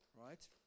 Right